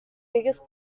biggest